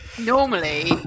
Normally